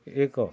ଏକ